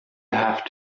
have